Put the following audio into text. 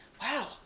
Wow